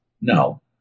No